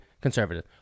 conservative